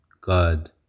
God